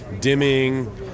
dimming